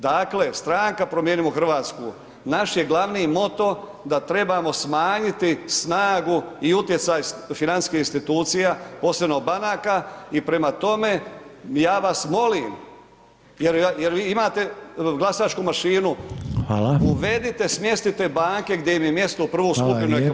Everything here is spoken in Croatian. Dakle, Stranka promijenimo Hrvatsku naš je glavni moto da trebamo smanjiti snagu i utjecaj financijskih institucija, posebno banaka i prema tome, ja vas molim, jer vi imate glasačku mašinu [[Upadica: Hvala]] uvedite, smjestite banke gdje im je mjesto, u prvu skupinu [[Upadica: Hvala lijepa]] neka plaćaju kao i drugi.